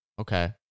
Okay